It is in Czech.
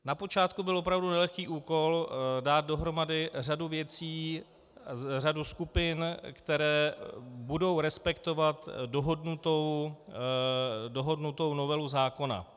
Na počátku byl opravdu nelehký úkol dát dohromady řadu věcí, řadu skupin, které budou respektovat dohodnutou novelu zákona.